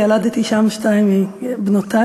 ילדתי שם שתיים מבנותי.